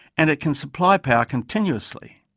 and it can supply power continuously.